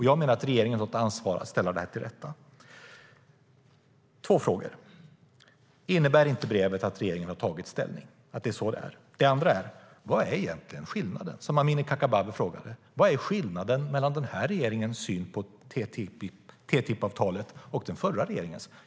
Jag menar att regeringen har ansvar för att ställa det här till rätta. Jag har två frågor. Den första är: Innebär inte brevet att regeringen har tagit ställning? Den andra är: Vad är egentligen skillnaden, som Amineh Kakabaveh frågade, mellan den här regeringens syn på TTIP-avtalet och den förra regeringens?